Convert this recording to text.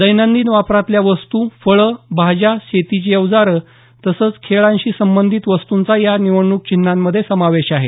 दैनंदिन वापरातल्या वस्तू फळं भाज्या शेतीची अवजारं तसंच खेळांशी संबंधित वस्तूंचा या निवडणूक चिन्हांमधे समावेश आहे